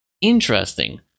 Interesting